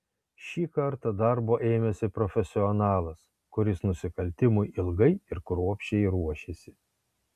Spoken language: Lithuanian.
šį kartą darbo ėmėsi profesionalas kuris nusikaltimui ilgai ir kruopščiai ruošėsi